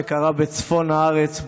וקרה בצפון הארץ,